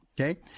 Okay